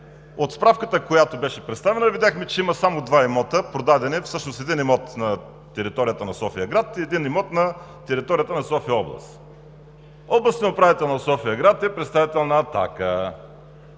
от справката, която беше представена, видяхме, че има само два продадени имота: единият – на територията на София-град, и един имот на територията на София-област. Областният управител на София-град е представител на